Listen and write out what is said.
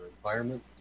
environment